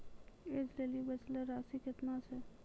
ऐज लेली बचलो राशि केतना छै?